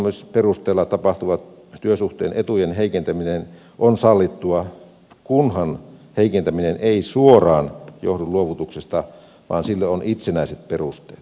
myös irtisanomisperusteella tapahtuva työsuhteen etujen heikentäminen on sallittua kunhan heikentäminen ei suoraan johdu luovutuksesta vaan sille on itsenäiset perusteet